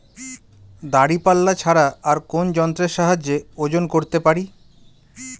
দাঁড়িপাল্লা ছাড়া আর কোন যন্ত্রের সাহায্যে ওজন করতে পারি?